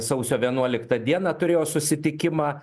sausio vienuoliktą dieną turėjo susitikimą